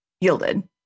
yielded